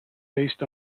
based